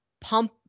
Pump